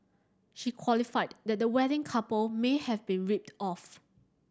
she qualified that the wedding couple may have been ripped off